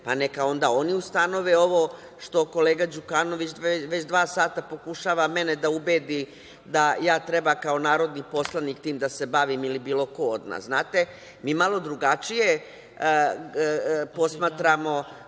pa neka onda oni ustanove ovo što kolega Đukanović već dva sata pokušava mene da ubedi da ja treba kao narodni poslanik tim da se bavim ili bilo ko od nas. Znate, mi malo drugačije posmatramo